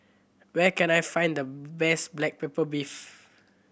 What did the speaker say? where can I find the best black pepper beef